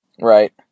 Right